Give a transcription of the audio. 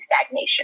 stagnation